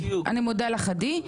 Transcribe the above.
תודה, עדי.